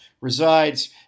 resides